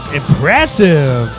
impressive